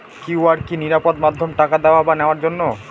QR কি নিরাপদ মাধ্যম টাকা দেওয়া বা নেওয়ার জন্য?